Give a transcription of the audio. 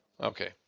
Okay